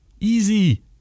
Easy